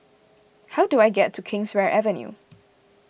how do I get to Kingswear Avenue